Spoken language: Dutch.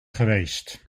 geweest